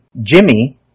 Jimmy